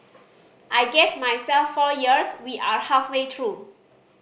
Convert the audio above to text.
I gave myself four years we are halfway through